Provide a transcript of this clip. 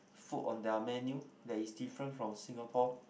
food on their menu that is different from Singapore